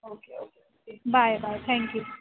okay okay bye bye thank you